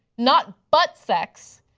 not butt sex!